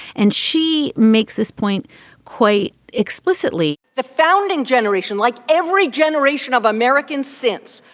and she makes this point quite explicitly the founding generation, like every generation of americans since,